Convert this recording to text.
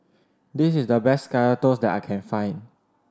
this is the best Kaya Toast that I can find